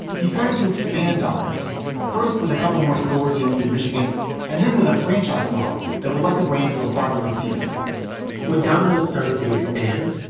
he started to expand domino's first with a couple more stores he owned in michigan and then with a franchise model that would let the brand go farther afield when domino's started to expand,